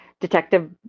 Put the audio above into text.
detective